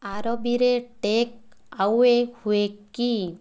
ଆରବିରେ takeaway ହୁଏ କି